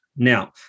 Now